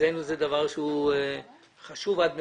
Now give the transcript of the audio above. שאצלנו שהוא דבר חשוב עד מאוד.